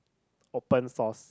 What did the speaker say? open source